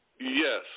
Yes